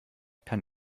kann